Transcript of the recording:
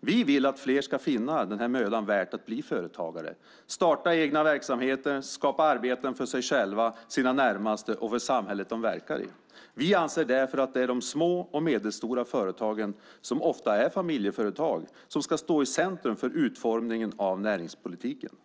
Vi vill att fler ska finna det mödan värt att bli företagare, starta egna verksamheter och skapa arbeten för sig själva, sina närmaste och för samhället de verkar i. Vi anser därför att det är de små och medelstora företagen, som ofta är familjeföretag, som ska stå i centrum för utformningen av näringspolitiken.